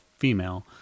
female